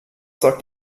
sagt